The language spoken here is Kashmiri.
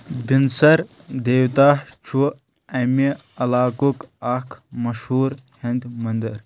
بِنسر دیوتا چھُ امہِ علاقُک اکھ مہشوٗر ہیندۍ منٛدر